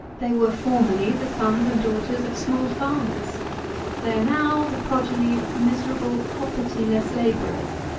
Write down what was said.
they were formerly the sons and daughters of small farmers they are now the progeny of miserable property-less labourers.